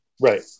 Right